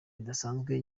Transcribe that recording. bidasanzwe